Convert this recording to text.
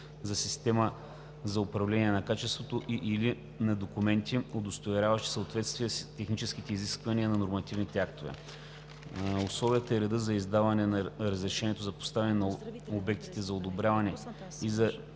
за система за управление на качеството, и/или на документи, удостоверяващи съответствие с техническите изисквания на нормативните актове. Условията и редът за издаване на разрешението за поставяне на обектите, за одобряването и за